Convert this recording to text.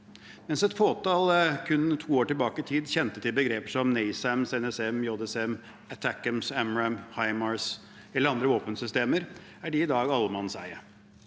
Mens et fåtall kun to år tilbake i tid kjente til begreper som NASAMS, NSM, JSM, ATACMS, AMRAAM, HIMARS eller andre våpensystemer, er de i dag allemannseie.